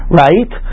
right